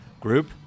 group